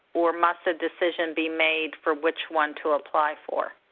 or must a decision be made for which one to apply for?